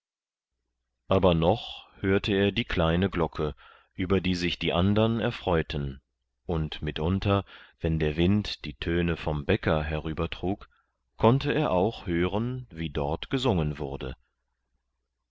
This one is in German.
aber noch hörte er die kleine glocke über die sich die andern erfreuten und mitunter wenn der wind die töne vom bäcker herübertrug konnte er auch hören wie dort gesungen wurde